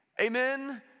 amen